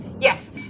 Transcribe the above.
Yes